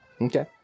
Okay